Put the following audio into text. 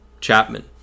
Chapman